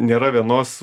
nėra vienos